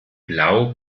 blau